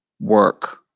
work